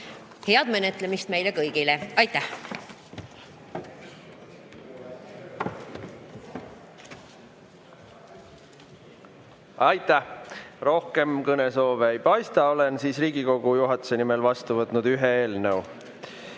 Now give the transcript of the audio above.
Head menetlemist meile kõigile! Aitäh! Rohkem kõnesoove ei paista. Olen Riigikogu juhatuse nimel vastu võtnud ühe eelnõu.